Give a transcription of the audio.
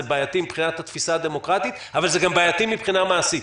זה בעייתי מבחינת התפיסה הדמוקרטית אבל זה גם בעייתי מבחינה מעשית.